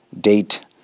date